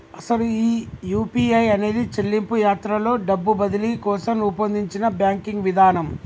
అసలు ఈ యూ.పీ.ఐ అనేది చెల్లింపు యాత్రలో డబ్బు బదిలీ కోసం రూపొందించిన బ్యాంకింగ్ విధానం